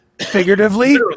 Figuratively